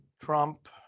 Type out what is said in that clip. Trump